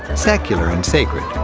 secular and sacred,